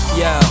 yo